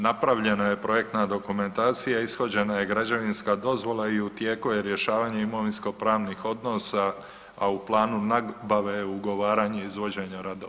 Napravljena je projektna dokumentacija, ishođena je građevinska dozvola i u tijeku je rješavanje imovinsko-pravnih odnosa, a u planu je nabave je ugovaranje izvođenja radova.